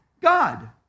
God